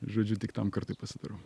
žodžiu tik tam kartui pasidarau